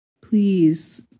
please